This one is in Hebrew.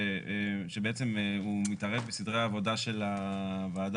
שבעצם הוא מתערב בסדרי עבודה של הוועדה